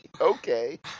Okay